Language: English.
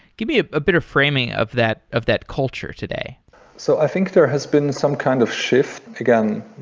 give me a bit of framing of that of that culture today so i think there has been some kind of shift. again,